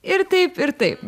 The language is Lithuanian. ir taip ir taip